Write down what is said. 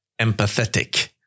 empathetic